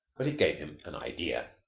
but it gave him an idea.